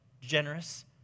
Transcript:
generous